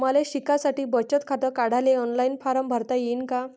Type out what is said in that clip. मले शिकासाठी बचत खात काढाले ऑनलाईन फारम भरता येईन का?